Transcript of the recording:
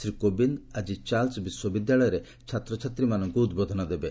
ଶ୍ରୀ କୋବିନ୍ଦ୍ ଆକି ଚାର୍ଲସ୍ ବିଶ୍ୱବିଦ୍ୟାଳୟରେ ଛାତ୍ରଛାତ୍ରୀମାନଙ୍କୁ ଉଦ୍ବୋଧନ ଦେବେ